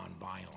nonviolent